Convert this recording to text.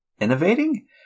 innovating